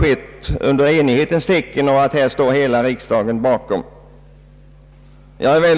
skedde i enighetens tecken och att hela riksdagen stod bakom beslutet.